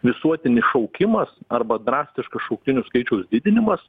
visuotinis šaukimas arba drastiškas šauktinių skaičiaus didinimas